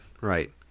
Right